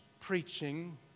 preaching